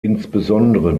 insbesondere